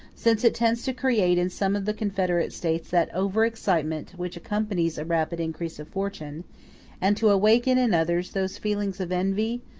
since it tends to create in some of the confederate states that over-excitement which accompanies a rapid increase of fortune and to awaken in others those feelings of envy,